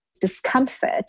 discomfort